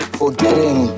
forgetting